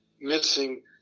missing